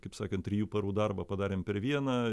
kaip sakant trijų parų darbą padarėm per vieną